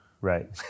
Right